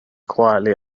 quietly